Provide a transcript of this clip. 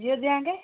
ଝିଅ ଦିହାଁକେ